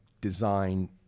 design